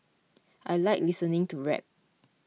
I like listening to rap